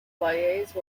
liaise